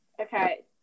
okay